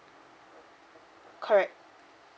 correct